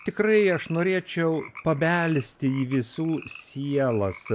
tikrai aš norėčiau pabelsti į visų sielas